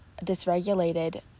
dysregulated